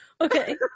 Okay